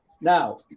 Now